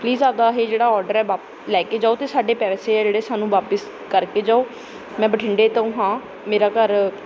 please ਆਪਣਾ ਇਹ ਜਿਹੜਾ ਓਡਰ ਹੈ ਵਾਪ ਲੈ ਕੇ ਜਾਓ ਅਤੇ ਸਾਡੇ ਪੈਸੇ ਹੈ ਜਿਹੜੇ ਸਾਨੂੰ ਵਾਪਸ ਕਰਕੇ ਜਾਓ ਮੈਂ ਬਠਿੰਡੇ ਤੋਂ ਹਾਂ ਮੇਰਾ ਘਰ